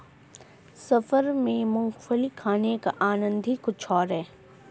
सफर में मूंगफली खाने का आनंद ही कुछ और है